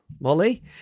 Molly